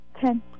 Ten